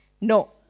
No